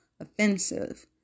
offensive